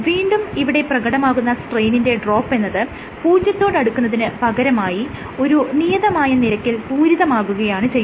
വീണ്ടും ഇവിടെ പ്രകടമാകുന്ന സ്ട്രെയ്നിന്റെ ഡ്രോപ്പെന്നത് പൂജ്യത്തോടടുക്കുന്നതിന് പകരമായി ഒരു നിയതമായ നിരക്കിൽ പൂരിതമാകുകയാണ് ചെയ്യുന്നത്